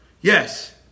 Yes